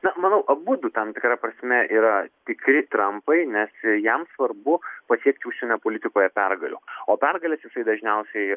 na manau abudu tam tikra prasme yra tikri trampai nes jam svarbu pasiekti užsienio politikoje pergalių o pergales jisai dažniausiai